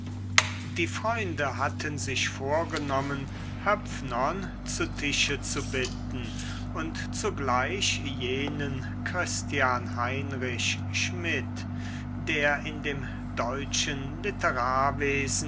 die freunde hatten sich vorgenommen höpfnern zu tische zu bitten und zugleich jenen christian heinrich schmid der in dem deutschen